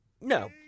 No